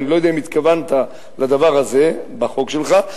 אני לא יודע אם התכוונת לדבר הזה בחוק שלך,